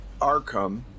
Arkham